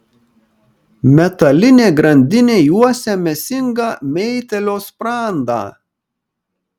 metalinė grandinė juosia mėsingą meitėlio sprandą